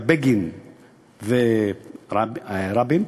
היה בגין והיה רבין,